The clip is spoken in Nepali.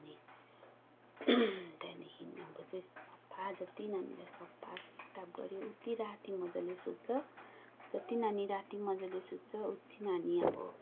अनि त्यहाँदेखि अब चाहिँ सफा जति नानीलाई सफा सेकताप गर्यो उति राति मजाले सुत्छ जति नानी राति मजाले सुत्छ उति नानी अब